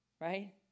Right